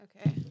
Okay